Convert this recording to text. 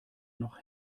noch